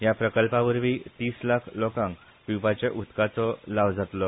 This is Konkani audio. या प्रकल्पावरीव तीस लाख लोकांक पियेवपाचे उदकाचो लाव जातलो